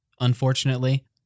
unfortunately